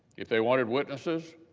if they wanted witnesses,